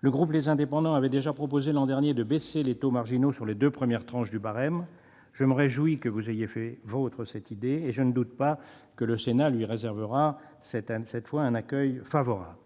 Le groupe Les Indépendants avait déjà proposé, l'an dernier, de baisser les taux marginaux sur les deux premières tranches du barème. Je me réjouis que vous ayez fait vôtre cette idée et je ne doute pas que le Sénat lui réservera cette fois un accueil favorable,